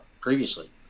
previously